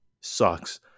sucks